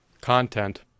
content